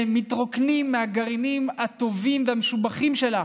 מתרוקנים מהגרעינים הטובים והמשובחים שלה